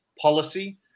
policy